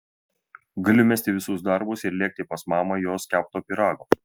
galiu mesti visus darbus ir lėkti pas mamą jos kepto pyrago